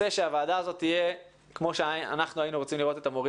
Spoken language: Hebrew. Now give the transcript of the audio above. לראות את המורים ואת צוותי החינוך שלנו קשובה אחד לשני,